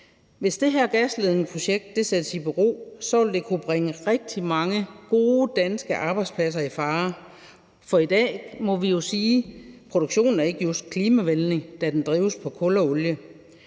Hvis det her gasledningsprojekt sættes i bero, vil det kunne bringe rigtig mange gode danske arbejdspladser i fare, for vi må jo sige, at produktionen i dag ikke just er klimavenlig, da den drives på kul og olie.